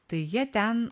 tai jie ten